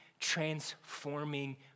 transforming